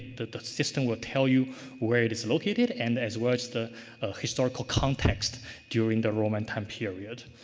the the system will tell you where it is located and as was the historical context during the roman time period.